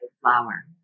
flower